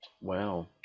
Wow